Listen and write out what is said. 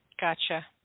gotcha